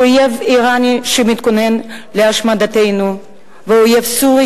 אויב אירני שמתכונן להשמדתנו ואויב סורי